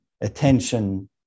attention